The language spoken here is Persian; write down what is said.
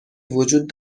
وجود